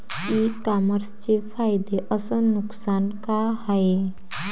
इ कामर्सचे फायदे अस नुकसान का हाये